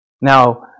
Now